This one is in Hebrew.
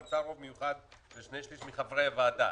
מצב מיוחד של שני שליש מחברי הוועדה.